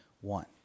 one